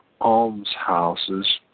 almshouses